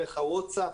דרך הוואטסאפ.